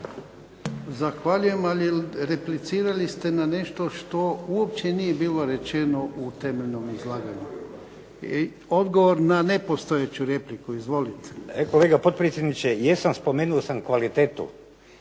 Zahvaljujem. Ali replicirali ste na nešto što uopće nije bilo rečeno u temeljnom izlaganju. I odgovor na nepostojeću repliku. Izvolite. **Lesar, Dragutin (Nezavisni)** Kolega potpredsjedniče, jesam, spomenuo sam kvalitetu,